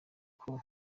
uko